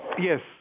Yes